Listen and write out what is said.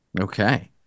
Okay